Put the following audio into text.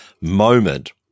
moment